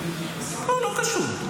לא, לא קשור.